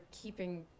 keeping